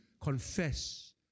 Confess